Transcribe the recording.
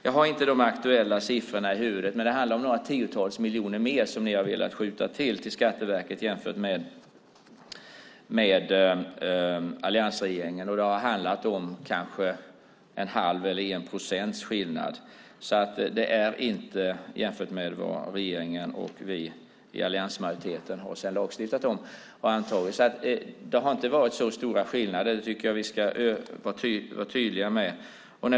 Jag har inte de aktuella siffrorna i huvudet, men det handlar om några tiotals miljoner mer som ni har velat tillskjuta till Skatteverket jämfört med alliansregeringen. Det handlar kanske om en halv eller en procents skillnad jämfört med vad vi i alliansmajoriteten sedan har lagstiftat om. Det har inte varit så stora skillnader. Det tycker jag att vi ska vara tydliga med.